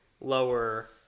lower